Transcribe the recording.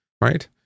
right